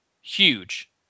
Huge